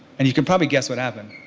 and you can probably guess what happened.